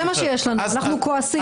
זה מה שיש לנו, אנחנו כועסים.